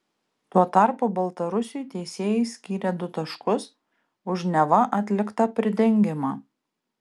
tuo tarpu baltarusiui teisėjai skyrė du taškus už neva atliktą pridengimą